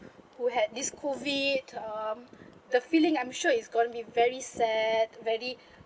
who had this COVID um the feeling I'm sure it's going to be very sad very